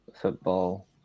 football